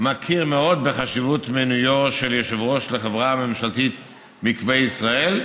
מכיר מאוד בחשיבות מינויו של יושב-ראש לחברה הממשלתית מקווה ישראל,